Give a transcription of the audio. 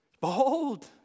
Behold